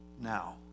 now